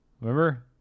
Remember